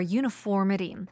uniformity